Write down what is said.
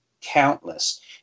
countless